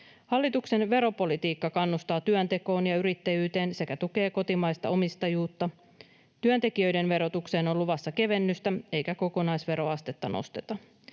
Hallituksen veropolitiikka kannustaa työntekoon ja yrittäjyyteen sekä tukee kotimaista omistajuutta. Työntekijöiden verotukseen on luvassa kevennystä, eikä kokonaisveroastetta nosteta.